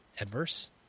Adverse